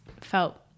felt